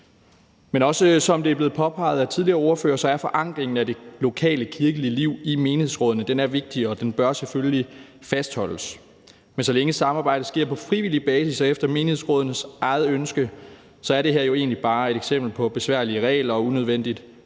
Men som det også er blevet påpeget af tidligere ordførere, er forankringen af det lokale kirkelige liv i menighedsrådene vigtig, og den bør selvfølgelig fastholdes. Men så længe samarbejdet sker på frivillig basis og efter menighedsrådenes eget ønske, er det her jo egentlig bare et eksempel på besværlige regler og unødvendigt